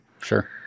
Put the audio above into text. Sure